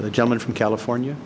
the gentleman from california